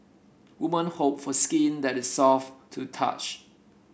woman hope for skin that is soft to touch